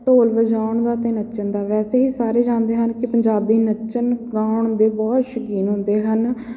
ਢੋਲ ਵਜਾਉਣ ਦਾ ਅਤੇ ਨੱਚਣ ਦਾ ਵੈਸੇ ਹੀ ਸਾਰੇ ਜਾਣਦੇ ਹਨ ਕਿ ਪੰਜਾਬੀ ਨੱਚਣ ਗਾਉਣ ਦੇ ਬਹੁਤ ਸ਼ੌਕੀਨ ਹੁੰਦੇ ਹਨ